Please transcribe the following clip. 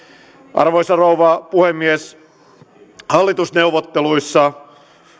arvoisa rouva puhemies hallitusneuvotteluissa